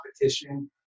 competition